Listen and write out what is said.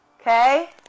okay